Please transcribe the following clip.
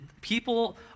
People